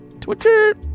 twitter